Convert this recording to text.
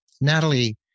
Natalie